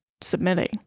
submitting